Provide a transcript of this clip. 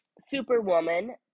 Superwoman